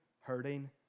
hurting